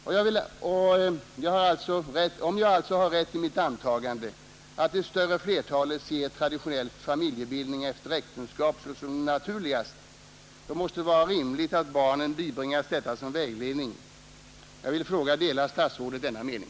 Och om jag har rätt i mitt antagande att det övervägande flertalet ser traditionell familjebildning efter äktenskap såsom naturligast, då måste det också vara rimligt att barnen bibringas detta som vägledning.